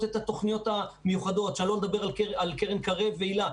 את התוכניות המיוחדות אני לא מדבר על קרן קרב והיל"ה.